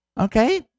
Okay